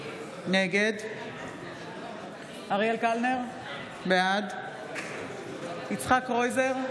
נגד אריאל קלנר, בעד יצחק קרויזר,